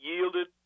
yielded